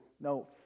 No